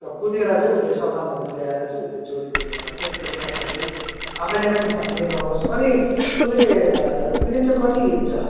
र कुदेर चाहिँ उसले सामानहरू ल्याएर चाहिँ उसले जोडी दिनुपर्छ त्यो चाहिँ तपाईँले आफैले पनि भनिदिनुहोस् अनि उसले उयो चाहिँ कति लिन्छ